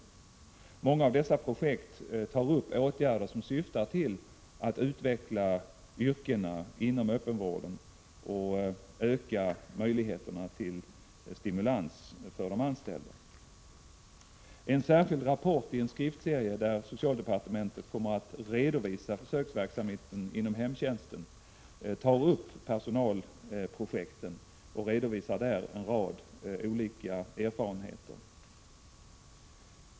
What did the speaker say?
I många av dessa projekt tar man upp åtgärder som syftar till att utveckla yrkena inom öppenvården och öka möjligheterna till stimulans för de anställda. I en särskild rapport i en skriftserie, där socialdepartementet kommer att redovisa försöksverksamheten inom hemtjänsten, tar man upp personalprojekten och redovisar en rad olika erfarenheter.